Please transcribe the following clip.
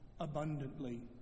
abundantly